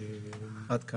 עד כאן.